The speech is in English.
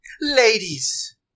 Ladies